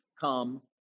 come